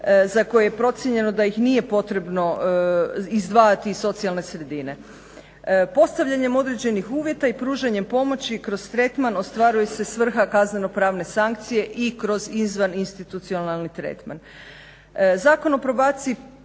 za koje je procijenjeno da ih nije potrebno izdvajati iz socijalne sredine. Postavljanjem određenih uvjeta i pružanjem pomoći kroz tretman ostvaruje se svrha kazneno-pravne sankcije i kroz izvaninstitucionalni tretman. Zakon o probaciji,